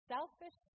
Selfish